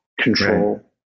control